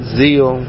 zeal